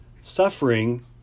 suffering